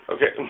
Okay